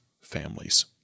families